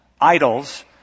idols